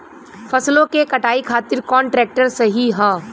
फसलों के कटाई खातिर कौन ट्रैक्टर सही ह?